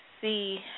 see